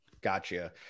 Gotcha